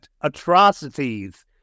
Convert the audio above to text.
atrocities